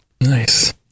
Nice